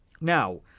Now